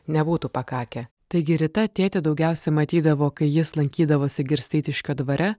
nebūtų pakakę taigi rita tėtį daugiausia matydavo kai jis lankydavosi girsteitiškio dvare